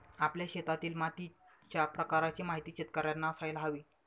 आपल्या शेतातील मातीच्या प्रकाराची माहिती शेतकर्यांना असायला हवी